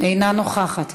אינה נוכחת,